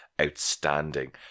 outstanding